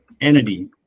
entity